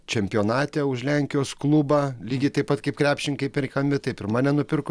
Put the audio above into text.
čempionate už lenkijos klubą lygiai taip pat kaip krepšininkai perkami taip ir mane nupirko vienas lenkijos klubas